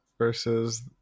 versus